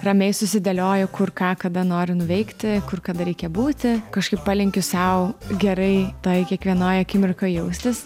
ramiai susidėlioju kur ką kada noriu nuveikti kur kada reikia būti kažkaip palinkiu sau gerai tai kiekvienoj akimirkoj jaustis